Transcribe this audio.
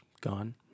gone